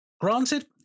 Granted